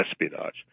espionage